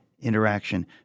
interaction